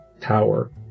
power